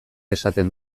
esaten